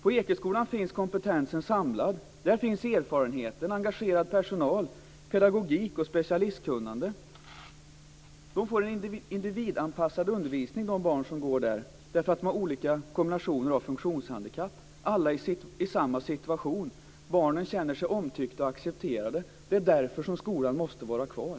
På Ekeskolan finns kompetensen samlad. Där finns erfarenheten, engagerad personal, pedagogik och specialistkunnande. De barn som går där får en individanpassad undervisning därför att de har olika kombinationer av funktionshandikapp. Alla är i samma situation. Barnen känner sig omtyckta och accepterade. Det är därför som skolan måste vara kvar.